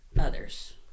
others